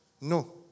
No